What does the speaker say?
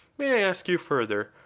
may i ask you further,